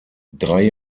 drei